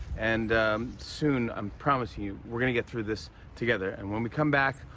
and soon, i'm promising you, we're gonna get through this together. and when we come back,